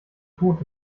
tod